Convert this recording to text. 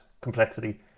complexity